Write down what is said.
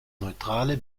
neutrale